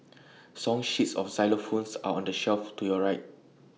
song sheets of xylophones are on the shelf to your right